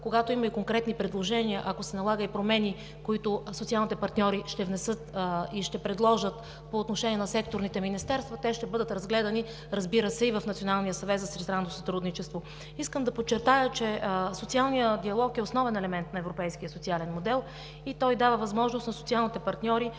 когато има конкретни предложения, ако се налагат и промени, които социалните партньори ще внесат и ще предложат по отношение на секторните министерства, те ще бъдат разгледани, разбира се, и в Националния съвет за тристранно сътрудничество. Искам да подчертая, че социалният диалог е основен елемент на европейския социален модел и той дава възможност на социалните партньори